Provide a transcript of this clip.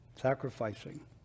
sacrificing